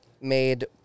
made